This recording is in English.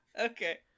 Okay